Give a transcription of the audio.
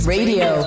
Radio